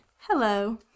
Hello